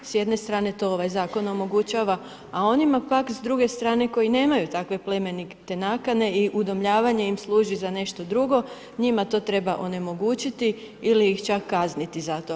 S jedne strane, to ovaj zakon omogućava, a onima pak, s druge strane, koji nemaju takve plemenite nakane i udomljavanje im služi za nešto drugo, njima to treba onemogućiti ili ih čak kazniti za to.